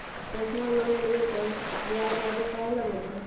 Personal loan लेबे पर ब्याज ज्यादा काहे लागईत है?